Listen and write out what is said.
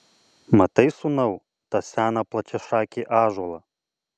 matai sūnau tą seną plačiašakį ąžuolą